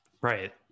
Right